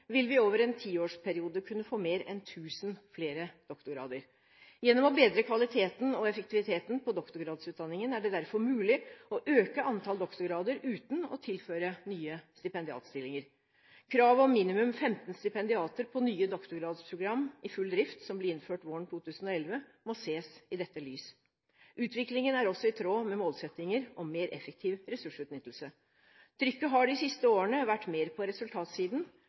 vil vi over en tiårsperiode kunne få mer enn 1 000 flere doktorgrader. Gjennom å bedre kvaliteten og effektiviteten på doktorgradsutdanningen er det derfor mulig å øke antall doktorgrader uten å tilføre nye stipendiatstillinger. Kravet om minimum 15 stipendiater på nye doktorgradsprogram i full drift, som ble innført våren 2011, må ses i dette lys. Utviklingen er også i tråd med målsettinger om mer effektiv ressursutnyttelse. Trykket har de siste årene vært mer på resultatsiden